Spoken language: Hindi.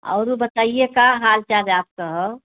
औरो बताइए का हाल चाल है आपका हौ